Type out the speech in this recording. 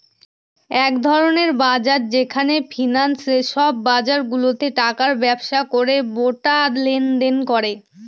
এক ধরনের বাজার যেখানে ফিন্যান্সে সব বাজারগুলাতে টাকার ব্যবসা করে ডেটা লেনদেন করে